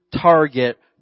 target